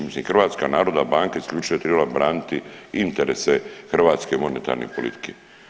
Mislim Hrvatska narodna banka isključivo je trebala braniti interese hrvatske monetarne politike.